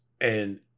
and-